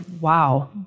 wow